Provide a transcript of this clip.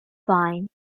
fine